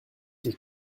die